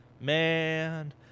Man